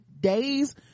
days